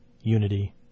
unity